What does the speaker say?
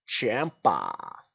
champa